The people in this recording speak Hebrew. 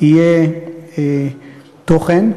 יהיה תוכן.